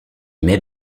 met